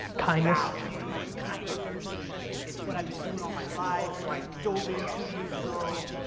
kindness. value and kindness and it's what i've been doing all my life so i dove in two years ago.